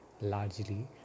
largely